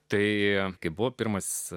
tai kaip buvo pirmas